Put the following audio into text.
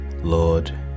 Lord